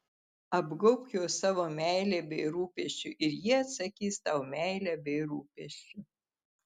apgaubk juos savo meile bei rūpesčiu ir jie atsakys tau meile bei rūpesčiu